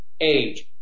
age